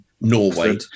Norway